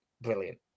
Brilliant